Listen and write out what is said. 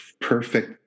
perfect